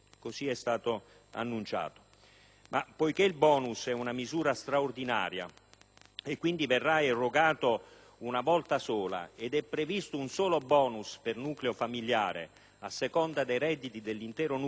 poiché il *bonus* è una misura straordinaria e quindi verrà erogato una volta sola ed è previsto un solo *bonus* per nucleo familiare a seconda dei redditi dell'intero nucleo e della composizione dello stesso,